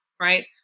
right